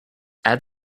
add